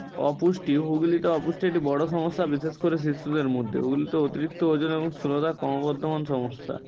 অপুষ্টি হুগলিতে অপুষ্টি একটি বড়ো সমস্যা বিশেষ করে শিশুদের মধ্যে হুগলিতে অতিরিক্ত ওজন এবং স্থূলতা কমবধমান সমস্যা